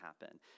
happen